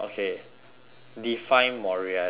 define morality